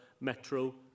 Metro